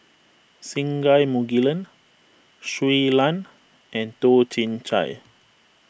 Singai Mukilan Shui Lan and Toh Chin Chye